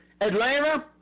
Atlanta